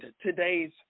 today's